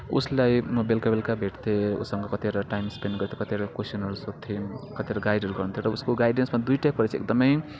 उसलाई म बेलुका बेलुका भेट्थेँ उसँग कतिवटा टाइम स्पेन्ड गर्थेँ कतिवटा क्वेसनहरू सोध्थेँ कतिवटा गाइडहरू गर्नुहुन्थ्यो र उसको गाइडेन्समा दुइटा कुरा चाहिँ एकदमै